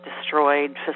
destroyed